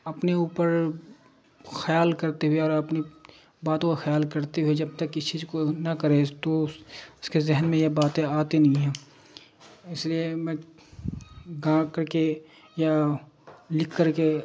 اپنے اوپر خیال کرتے ہوئے اور اپنی باتوں کا خیال کرتے ہوئے جب تک اس چیز کو نہ کرے تو اس کے ذہن میں یہ باتیں آتی نہیں ہیں اس لیے میں گا کر کے یا لکھ کر کے